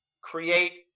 create